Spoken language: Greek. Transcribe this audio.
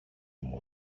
μου